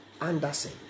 Anderson